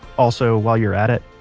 also, while you're at it,